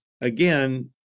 again